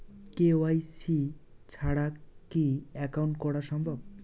KYC ছাড়া কি account করা সম্ভব?